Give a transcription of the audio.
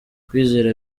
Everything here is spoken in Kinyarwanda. kwizera